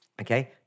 Okay